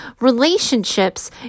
relationships